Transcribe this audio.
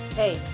hey